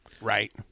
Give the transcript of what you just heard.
right